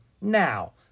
Now